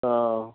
ꯑꯥ